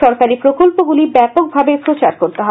সরকারী প্রকল্পগুলির ব্যাপকভাবে প্রচার করতে হবে